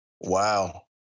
Wow